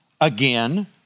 again